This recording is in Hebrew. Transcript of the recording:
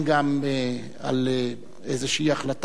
הוא לא נהרס.